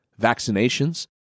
vaccinations